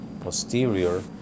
posterior